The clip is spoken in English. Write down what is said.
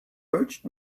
urged